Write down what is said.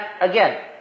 again